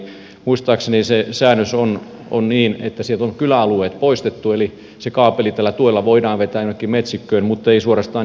muistaakseni se säännös on niin että sieltä on kyläalueet poistettu eli se kaapeli tällä tuella voidaan vetää jonnekin metsikköön mutta ei suorastaan ihmisten luokse